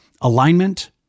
alignment